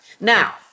Now